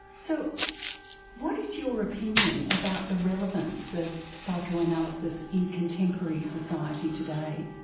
so what is your opinion about the relevance of psychoanalysis in contemporary society today?